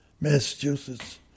Massachusetts